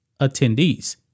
attendees